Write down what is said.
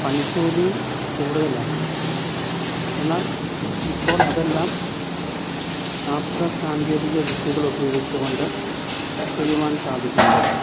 പണിക്കൂലിയും കൂടുതലായിരുന്നു എന്നാൽ ഇപ്പോൾ അതെല്ലാം ശാസ്ത്ര സാങ്കേതിക വിദ്യകളുപയോഗിച്ചുകൊണ്ട് ചെയ്യുവാൻ സാധിക്കുമ്പോൾ